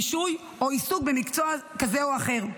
רישוי או עיסוק במקצוע כזה או אחר.